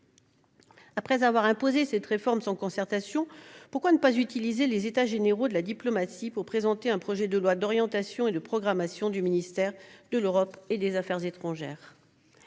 Après avoir imposé cette réforme sans concertation, pourquoi ne pas utiliser les États généraux de la diplomatie pour présenter un projet de loi d'orientation et de programmation du ministère de l'Europe et des affaires étrangères ?